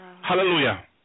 Hallelujah